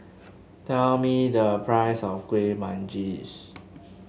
tell me the price of Kueh Manggis